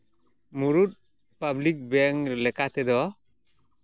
ᱢᱩᱬᱩᱛ public bank ᱞᱮᱠᱟ ᱛᱮᱫᱚ